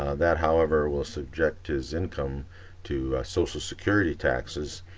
that however will subject his income to social security taxes,